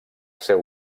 seu